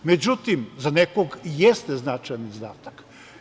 Međutim, za nekog i jeste značajan izdatak.